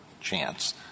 chance